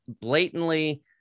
blatantly